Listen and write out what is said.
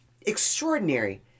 extraordinary